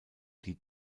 die